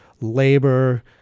labor